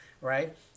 right